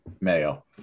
mayo